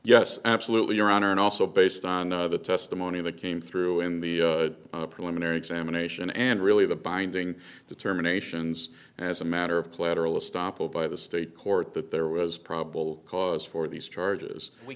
yes absolutely your honor and also based on the testimony that came through in the preliminary examination and really the binding determinations as a matter of collateral estoppel by the state court that there was probable cause for these charges